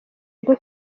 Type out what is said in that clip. rwo